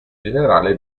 generale